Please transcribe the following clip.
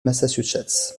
massachusetts